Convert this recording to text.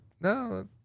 no